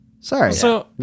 Sorry